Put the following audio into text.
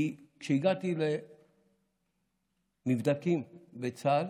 כי כשהגעתי למבדקים בצה"ל